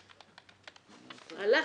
הלכנו,